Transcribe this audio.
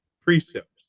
precepts